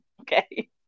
Okay